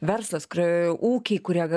verslas kur ūkiai kurie